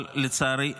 לצערי בארונות,